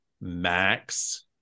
Max